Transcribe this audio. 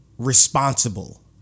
responsible